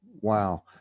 wow